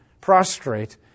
prostrate